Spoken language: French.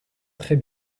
très